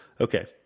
Okay